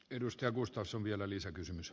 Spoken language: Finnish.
edustavuus taas on vielä keskenään